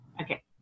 okay